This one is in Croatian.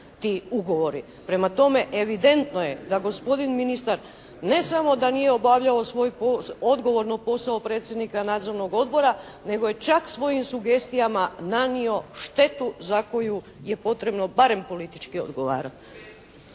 ti ugovori. Prema tome, evidentno je da gospodin ministar ne samo da nije obavljao svoj odgovorno posao predsjednika nadzornog odbora, nego je čak svojim sugestijama nanio štetu za koju je potrebno barem politički odgovarati.